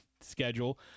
schedule